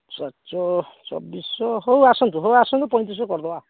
ଛଅ ଚୋଉ ଚବିଶ ଶହ ହଉ ଆସନ୍ତୁ ହଉ ଆସନ୍ତୁ ପଇଁତିରିଶ ଶହ କରିଦେବା